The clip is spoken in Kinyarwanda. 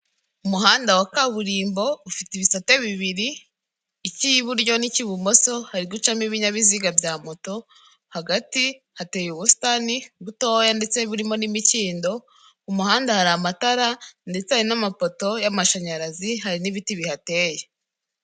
Umuhanda wa kaburimbo ufite ibisate bibiri icy'iburyo nicy'ibumoso hari gucamo ibinyabiziga bya moto hagati hateye ubusitani butoya ndetse burimo n'imikindo umuhanda hari amatara ndetse hari n'amapoto y'amashanyarazi hari n'ibiti bihateye.